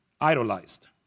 idolized